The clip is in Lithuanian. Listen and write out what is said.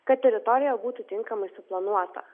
kad teritorija būtų tinkamai suplanuota